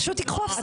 פשוט תיקחו הפסקה.